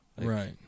right